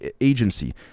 agency